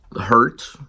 hurt